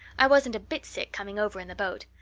i wasn't a bit sick coming over in the boat.